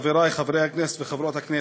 חברי חברי הכנסת וחברות הכנסת,